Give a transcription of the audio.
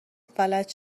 فلج